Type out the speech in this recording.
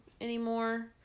anymore